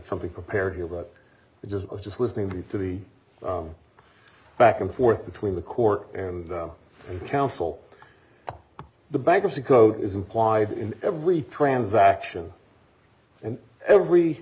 something prepared here but just just listening to the back and forth between the court and counsel the bankruptcy code is implied in every transaction and every